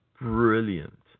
Brilliant